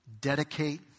dedicate